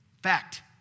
fact